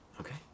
Okay